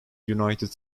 united